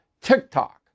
TikTok